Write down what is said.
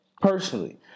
personally